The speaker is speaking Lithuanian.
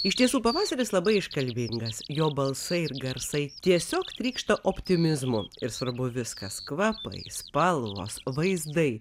iš tiesų pavasaris labai iškalbingas jo balsai ir garsai tiesiog trykšta optimizmu ir svarbu viskas kvapai spalvos vaizdai